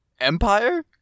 Empire